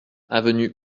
avenue